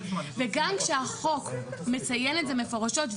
וגם כשהחוק מציין את זה מפורשות,